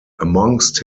amongst